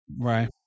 Right